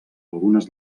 algunes